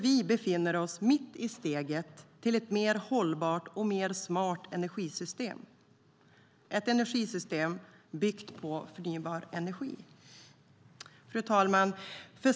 Vi befinner oss mitt i steget till ett mer hållbart och mer smart energisystem - ett energisystem byggt på förnybar energi. Fru talman!